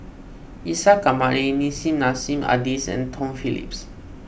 Isa Kamari Nissim Nassim Adis and Tom Phillips